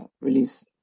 release